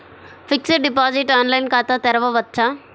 Fixed deposit online ఖాతా తెరువవచ్చా?